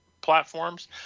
platforms